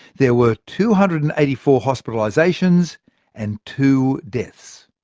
there were two hundred and eighty four hospitalisations and two deaths.